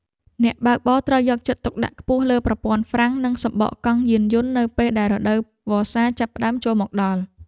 អ្នកបើកបរត្រូវយកចិត្តទុកដាក់ខ្ពស់លើប្រព័ន្ធហ្វ្រាំង និងសំបកកង់យានយន្តនៅពេលដែលរដូវវស្សាចាប់ផ្តើមចូលមកដល់។